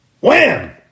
Wham